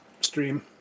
stream